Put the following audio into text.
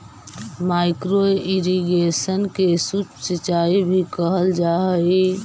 micro irrigation के सूक्ष्म सिंचाई भी कहल जा हइ